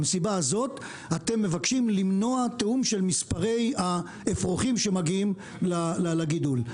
במסיבה הזאת אתם מבקשים למנוע תיאום של אפרוחים שמגיעים לגידול.